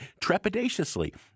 trepidatiously